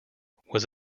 was